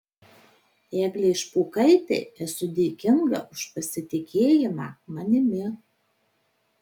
eglei špokaitei esu dėkinga už pasitikėjimą manimi